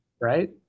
right